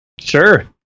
Sure